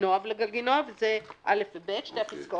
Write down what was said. לרכינוע וגלגינוע, וזה (א) ו-(ב), שתי הפסקאות,